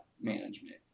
management